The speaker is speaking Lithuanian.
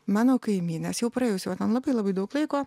mano kaimynas jau praėjus jau ten labai labai daug laiko